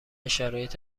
شرایط